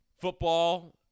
Football